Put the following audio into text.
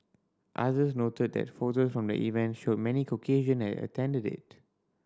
others noted that photos from the event showed many Caucasian had attended it